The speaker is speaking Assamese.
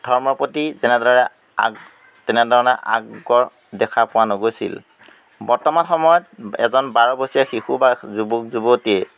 ধৰ্মৰ প্ৰতি যেনেদৰে আগ তেনেধৰণে আগ্ৰহ দেখা পোৱা নগৈছিল বৰ্তমান সময়ত এজন বাৰ বছৰীয়া শিশু বা যুৱক যুৱতীয়ে